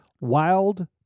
wild